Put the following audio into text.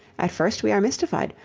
at first we are mystified,